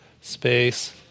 space